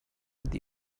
with